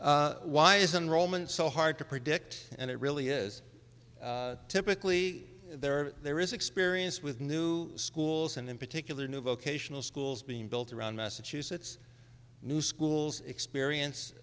slide why isn't roman so hard to predict and it really is typically there there is experience with new schools and in particular new vocational schools being built around massachusetts new schools